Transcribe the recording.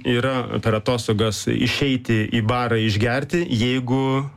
yra per atostogas išeiti į barą išgerti jeigu